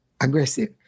aggressive